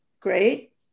great